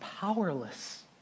powerless